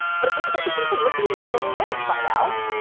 but if we keep people from licking each other, we wouldn't find out